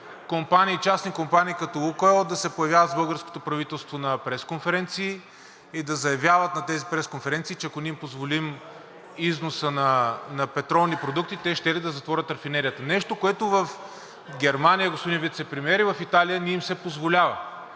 частни компании като „Лукойл“ да се появява с българското правителство на пресконференции и да заявяват на тези пресконференции, че ако не им позволим износа на петролни продукти, те щели да затворят рафинерията. Нещо, което в Германия, господин Вицепремиер, и в Италия не им се позволява.